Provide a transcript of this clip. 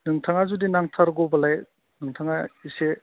नोंथाङा जुदि नांथारगौब्लालाय नोंथाङा एसे